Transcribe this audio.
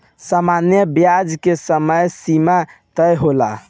सामान्य ब्याज के समय सीमा तय होला